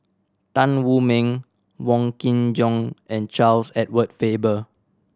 Tan Wu Meng Wong Kin Jong and Charles Edward Faber